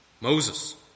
Moses